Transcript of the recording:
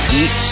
eat